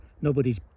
Nobody's